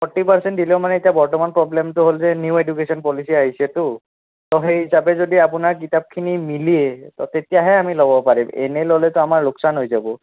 forty percent দিলেও মানে এতিয়া বৰ্তমান প্ৰবলেমটো হ'ল যে নিউ এডুকেশ্যন পলিচি আহিছেতো ত' সেই হিচাপে যদি আপোনাৰ কিতাপখিনি মিলে ত' তেতিয়াহে আমি ল'ব পাৰিম এনে ল'লেতো আমাৰ লোকচান হৈ যাব